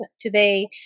today